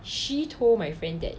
she told my friend that